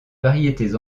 variétés